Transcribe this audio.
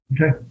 Okay